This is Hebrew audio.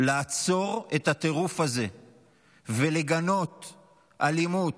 לעצור את הטירוף הזה ולגנות אלימות,